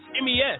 MES